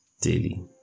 daily